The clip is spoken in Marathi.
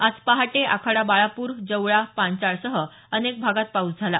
आज पहाटे आखाडा बाळापूर जवळा पांचाळ सह अनेक भागात पाऊस पडला